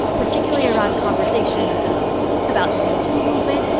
particularly around conversations um about the metoo movement.